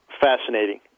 Fascinating